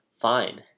Fine